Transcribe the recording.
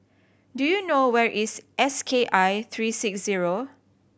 do you know where is S K I three six zero